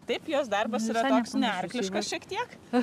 taip jos darbas yra toks ne arkliškas šiek tiek